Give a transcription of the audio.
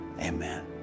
amen